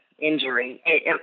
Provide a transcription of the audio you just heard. injury